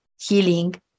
healing